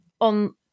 on